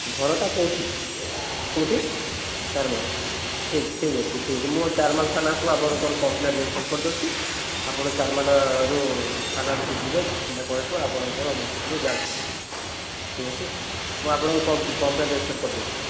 ଘରଟା କେଉଁଠି କେଉଁଠି ଚାରମା ଠିକ୍ ଠିକ୍ ଅଛି ଠିକ୍ ଅଛି ମୁଁ ଚାରମାଲ୍ ଥାନାକୁ ଆପଣଙ୍କର କମ୍ପ୍ଲେନ୍ ରେଜିଷ୍ଟର କରିଦେଉଛି ଆପଣ ଚାରମାଲ୍ରରୁ ଥାନାରୁ ସେ ଯିବେ ଦୁଇ ତିନିଟା କନେଷ୍ଟବଳ ଆପଣଙ୍କ ମେସିନ୍କୁ ଯାଞ୍ଚ୍ କରିବେ ଠିକ୍ ଅଛି ମୁଁ ଆପଣଙ୍କ କମ୍ପ୍ଲେନ୍ ରେଜିଷ୍ଟର କରିଦଉଚଛି